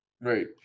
Right